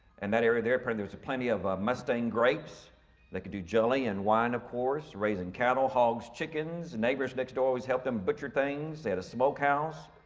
and that area, there's there's plenty of ah mustang grapes that could do jelly and wine, of course, raising cattle, hogs, chickens, neighbors next door always helped them butcher things, at a smokehouse,